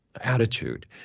attitude